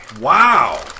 Wow